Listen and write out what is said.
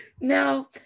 Now